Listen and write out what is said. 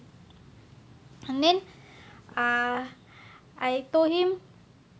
and then ah I told him